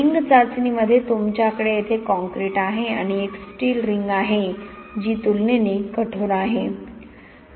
ring चाचणीमध्ये तुमच्याकडे येथे कॉंक्रिट आहे आणि एक स्टील रिंग आहे जी तुलनेने कठोर आहे